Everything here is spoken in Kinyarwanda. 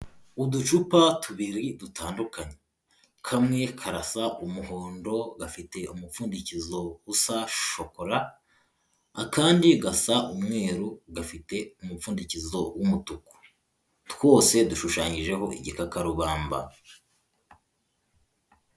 Uducupa tubiri dutandukanye. Kamwe karasa umuhondo gafite umupfundikizo usa shokora, akandi gasa umweru gafite umupfundikizo w'umutuku. Twose dushushanyijeho igikakarubamba.